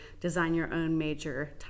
design-your-own-major